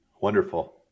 Wonderful